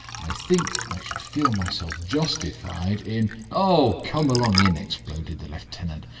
i think i should feel myself justified in oh! come along in, exploded the lieutenant.